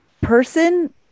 person